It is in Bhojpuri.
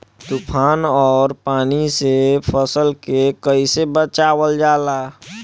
तुफान और पानी से फसल के कईसे बचावल जाला?